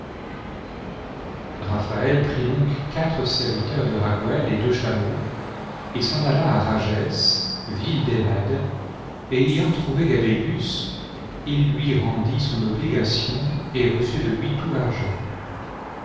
eaphaël prit donc quatre serviteurs de raguël et deux chameaux et s'en alk à rages ville des mèdes et ayant trouvé gabélus il lui rendit son obligation et reçut de lui tout l'argent